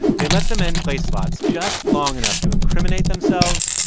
they let the men play slots just long enough to incriminate themselves,